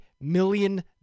million